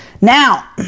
Now